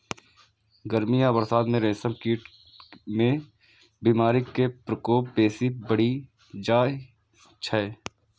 गर्मी आ बरसात मे रेशम कीट मे बीमारी के प्रकोप बेसी बढ़ि जाइ छै